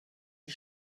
die